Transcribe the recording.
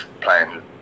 playing